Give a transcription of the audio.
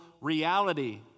reality